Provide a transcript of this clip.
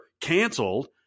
canceled